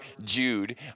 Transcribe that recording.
Jude